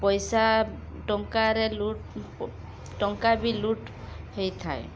ପଇସା ଟଙ୍କାରେ ଲୁଟ୍ ଟଙ୍କା ବି ଲୁଟ୍ ହେଇଥାଏ